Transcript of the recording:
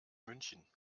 münchen